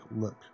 look